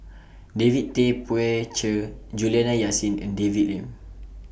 David Tay Poey Cher Juliana Yasin and David Lim